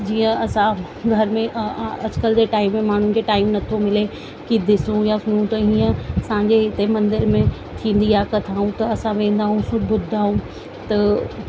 जीअं असां घर में अॼकल्ह जे टाइम में माण्हूनि खे टाइम नथो मिले की डिसूं यां फूं हीअं असांजे मंदिर में थींदी आहे कथा त असां वेंदा आहियूं ॿुधंदा आहियूं त